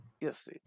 Yes